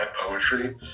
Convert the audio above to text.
poetry